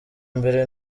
mbere